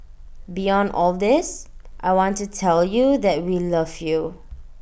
beyond all this I want to tell you that we love you